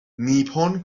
نیپون